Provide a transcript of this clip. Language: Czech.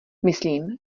myslím